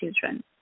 children